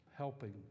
helping